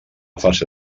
fase